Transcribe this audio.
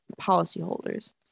policyholders